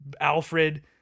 Alfred